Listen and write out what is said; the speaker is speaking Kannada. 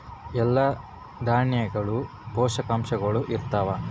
ಎಲ್ಲಾ ದಾಣ್ಯಾಗ ಪೋಷಕಾಂಶಗಳು ಇರತ್ತಾವ?